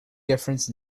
difference